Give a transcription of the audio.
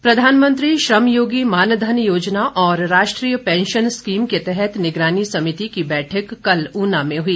बैठक प्रधानमंत्री श्रमयोगी मानधन योजना और राष्ट्रीय पैंशन स्कीम के तहत निगरानी समिति की बैठक कल ऊना में हुई